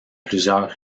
plusieurs